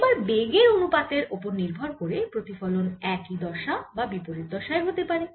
এবার বেগের অনুপাতের ওপরে নির্ভর করে প্রতিফলন একই দশা বা বিপরীত দশায় হতে পারে